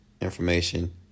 information